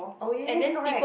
oh ya ya correct